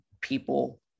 people